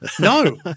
No